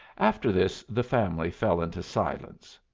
after this the family fell into silence.